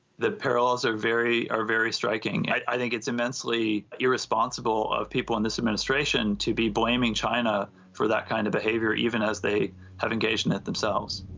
the parallels are very, are very striking. i think it's immensely irresponsible of people in this administration to be blaming china for that kind of behavior, even as they have engaged in it themselves.